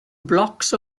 blocks